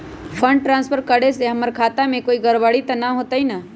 Fund transfer करे से हमर खाता में कोई गड़बड़ी त न होई न?